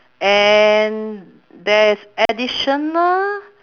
and there is additional